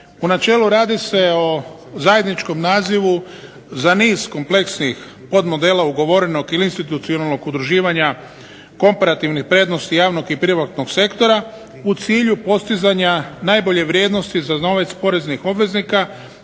U načelu radi se o zajedničkom nazivu za niz kompleksnih, od modela ugovorenog ili institucionalnog udruživanja, komparativnih prednosti javnog i privatnog sektora u cilju postizanja najbolje vrijednosti za novac poreznih obveznika,